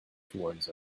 towards